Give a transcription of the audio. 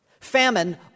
Famine